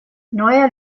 neue